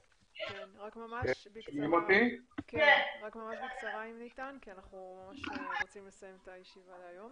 רציתי להעיר לשלומי ובכלל לכל שאלות הזיהוי בתהליך